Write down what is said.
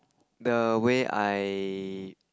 the way I